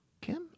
Kim